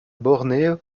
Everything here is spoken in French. bornée